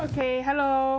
okay hello